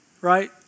right